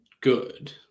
good